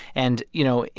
and, you know,